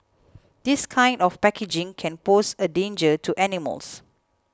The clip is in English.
this kind of packaging can pose a danger to animals